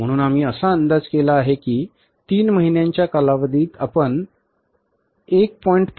म्हणून आम्ही असा अंदाज केला आहे की 3 महिन्यांच्या कालावधीत आपण 1